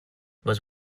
was